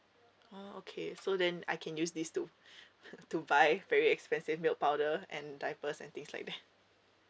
oh okay so then I can use this to to buy very expensive milk powder and diapers and things like that